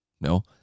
No